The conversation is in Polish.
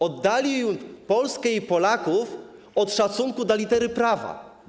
Oddalił Polskę i Polaków od szacunku dla litery prawa.